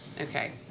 okay